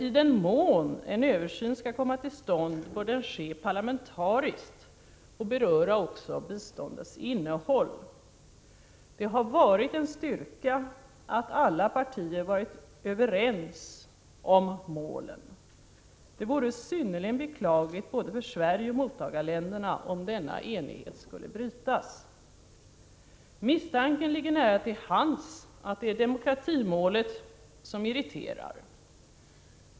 I den mån en översyn skall komma till stånd bör den ske parlamentariskt och beröra också biståndets innehåll. Det har varit en styrka att alla partier varit överens om de fyra målen. Det vore synnerligen beklagligt både för Sverige och för mottagarländerna om denna enighet skulle brytas. Misstanken ligger nära till hands att det är demokratimålet som irriterar.